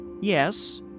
Yes